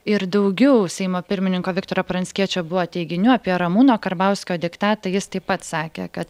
ir daugiau seimo pirmininko viktoro pranckiečio buvo teiginių apie ramūno karbauskio diktatą jis taip pat sakė kad